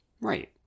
Right